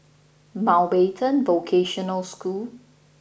Mountbatten Vocational School